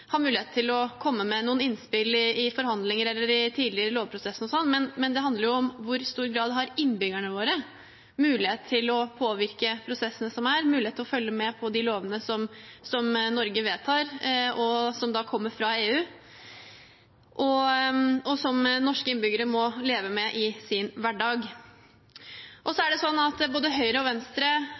i tidlige lovprosesser, men det dette handler om, er i hvor stor grad innbyggerne våre har mulighet til å påvirke prosessene og følge med på de lovene Norge vedtar som kommer fra EU, og som norske innbyggere må leve med i sin hverdag. Både Høyre og Venstre, som er to av tre regjeringspartier, har et uttalt mål om å arbeide for norsk medlemskap i EU. Jeg holder fast ved det jeg har sagt i mitt innledende innlegg: Jeg mener at